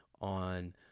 on